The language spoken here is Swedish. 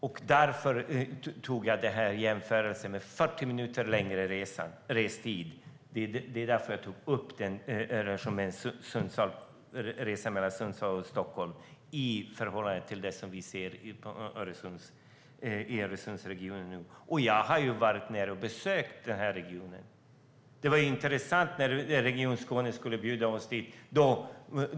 Jag gjorde den jämförelsen - det är 40 minuter längre restid. Jag tog upp resan mellan Sundsvall och Stockholm i förhållande till det som vi ser i Öresundsregionen. Jag har varit nere och besökt den regionen. Det var intressant när Region Skåne skulle bjuda dit oss.